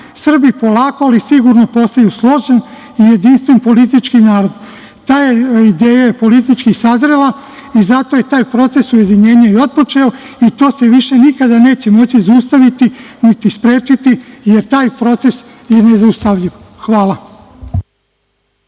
Srbi polako ali sigurno postaju složni i jedinstven politički narod. Ta ideja je politički sazrela i zato je taj proces ujedinjenja i otpočeo, i to se više nikada neće moći zaustaviti niti sprečiti, jer taj proces je nezaustavljiv. Hvala.